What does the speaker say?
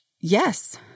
Yes